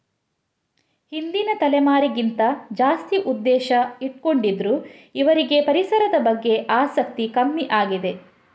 ಹಿಂದಿನ ತಲೆಮಾರಿಗಿಂತ ಜಾಸ್ತಿ ಉದ್ದೇಶ ಇಟ್ಕೊಂಡಿದ್ರು ಇವ್ರಿಗೆ ಪರಿಸರದ ಬಗ್ಗೆ ಆಸಕ್ತಿ ಕಮ್ಮಿ ಆಗಿದೆ